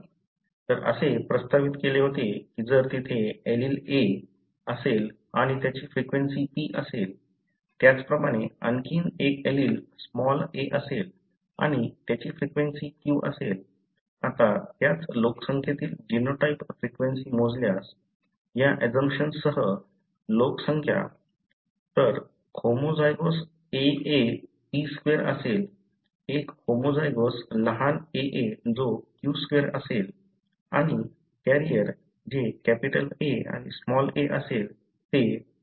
तर असे प्रस्तावित केले होते की जर तेथे एलील "A" असेल आणि त्याची फ्रिक्वेंसी "P" असेल त्याचप्रमाणे आणखी एक एलील "a" असेल आणि त्याची फ्रिक्वेंसी "q" असेल आता त्याच लोकसंख्येतील जीनोटाइप फ्रिक्वेंसी मोजल्यास या अजंप्शन्ससह लोकसंख्या तर होमोझायगोस AA p2 असेल एक होमोझायगोस लहान aa जो q2 असेल आणि कॅरियर जे A आणि a असेल ते 2pq असेल